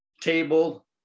table